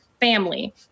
family